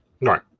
Right